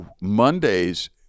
Mondays